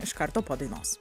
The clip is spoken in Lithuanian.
iš karto po dainos